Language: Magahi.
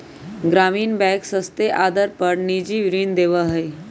ग्रामीण बैंक सस्ते आदर पर निजी ऋण देवा हई